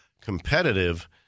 competitive